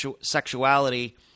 sexuality